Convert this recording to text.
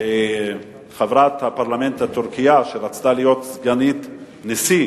וחברת הפרלמנט הטורקי, שרצתה להיות סגנית נשיא